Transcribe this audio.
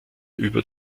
über